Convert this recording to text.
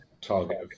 target